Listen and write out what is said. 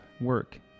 work